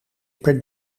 per